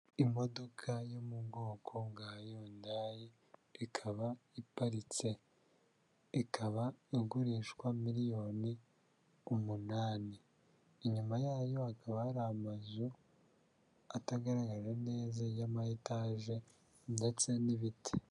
Imodoka yo mu bwoko bwa yundayi ikaba iparitse ikaba igurishwa miliyoni umunani inyuma yayo hakaba hari amazu atagaragara neza ya maetage ndetse n'ibiti.